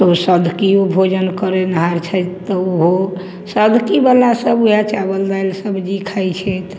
तऽ ओ सधुकिओ भोजन करेनिहार छथि तऽ ओहो साधुकी बला सब वएह चावल दालि सब्जी खाइ छथि